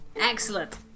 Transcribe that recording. excellent